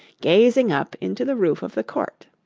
gazing up into the roof of the court.